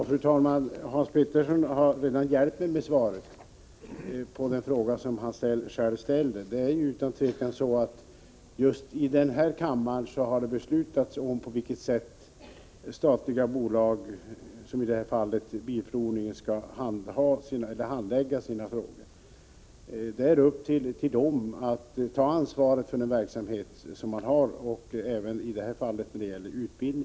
Fru talman! Hans Petersson i Hallstahammar har redan hjälpt mig med svaret på den fråga han ställer. Det är ju utan tvivel så att det här i kammaren har beslutats om på vilket sätt statliga bolag, i det här fallet Svensk Bilprovning, skall handlägga sina frågor. De skall själva ta ansvar för den verksamhet de bedriver. Det gäller även utbildningsverksamheten i det här fallet.